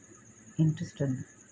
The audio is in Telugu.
ఇంట్రెస్ట్ ఉంది